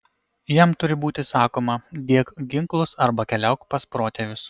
jam turi būti sakoma dėk ginklus arba keliauk pas protėvius